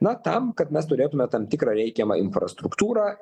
na tam kad mes turėtume tam tikrą reikiamą infrastruktūrą